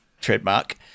trademark